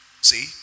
See